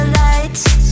lights